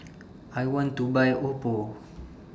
I want to Buy Oppo